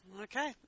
Okay